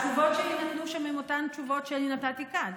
התשובות שיינתנו שם הן אותן תשובות שאני נתתי כאן.